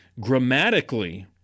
Grammatically